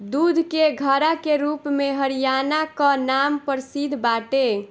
दूध के घड़ा के रूप में हरियाणा कअ नाम प्रसिद्ध बाटे